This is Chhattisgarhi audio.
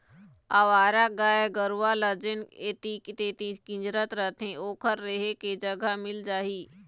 अवारा गाय गरूवा ल जेन ऐती तेती किंजरत रथें ओखर रेहे के जगा मिल जाही